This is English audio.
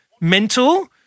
mental